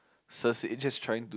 Cersei just trying to